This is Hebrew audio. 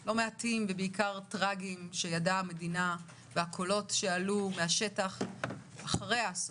לא מעטים שידעה המדינה והקולות שעלו מהשטח לאחר האסונות.